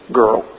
girl